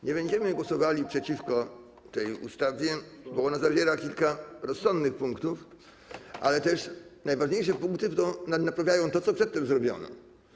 Nie będziemy głosowali przeciwko tej ustawie, bo zawiera ona kilka rozsądnych punktów, ale też najważniejsze punkty naprawiają to, co przedtem zrobiono.